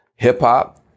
Hip-hop